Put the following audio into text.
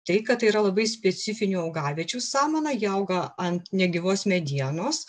tai kad tai yra labai specifinių augaviečių samana ji auga ant negyvos medienos